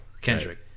Kendrick